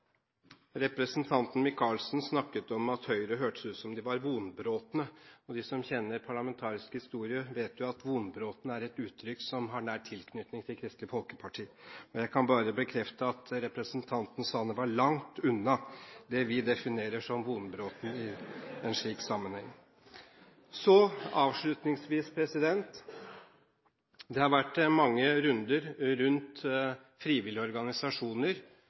Representanten Micaelsen snakket om at Høyre hørtes ut som om de var vonbrotne – og de som kjenner parlamentarisk historie, vet jo at «vonbroten» er et uttrykk som har nær tilknytning til Kristelig Folkeparti. Jeg kan bare bekrefte at representanten Sanner var langt unna det vi definerer som vonbroten i en slik sammenheng. Avslutningsvis: Det har vært mange runder rundt frivillige organisasjoner